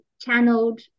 channeled